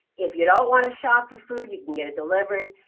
if you don't want to shop for food, you can get it delivered.